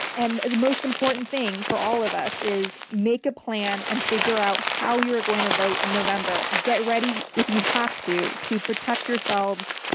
and the most important thing for all of us is, make a plan and figure out how you are going to vote in november. get ready, if you have to, to protect yourselves.